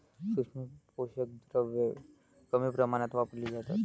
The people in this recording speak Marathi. सूक्ष्म पोषक द्रव्ये कमी प्रमाणात वापरली जातात